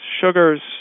sugars